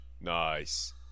Nice